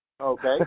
Okay